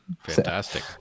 Fantastic